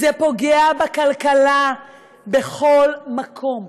זה פוגע בכלכלה בכל מקום.